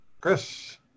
Chris